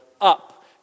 up